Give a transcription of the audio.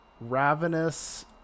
Ravenous